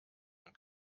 und